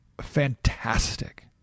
fantastic